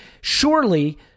surely